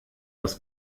was